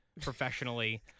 professionally